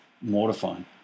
mortifying